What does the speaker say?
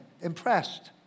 impressed